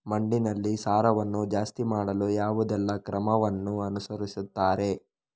ಮಣ್ಣಿನಲ್ಲಿ ಸಾರವನ್ನು ಜಾಸ್ತಿ ಮಾಡಲು ಯಾವುದೆಲ್ಲ ಕ್ರಮವನ್ನು ಅನುಸರಿಸುತ್ತಾರೆ